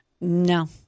No